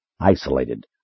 isolated